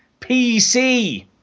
PC